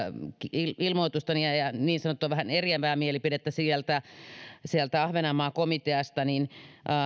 ilmoitustani ja ja niin sanottua vähän eriävää mielipidettä sieltä sieltä ahvenanmaa komiteasta niin